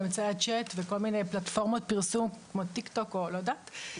באמצעי הצ'אט ופלטפורמות פרסום כמו טיק טוק וכדו'.